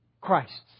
Christ's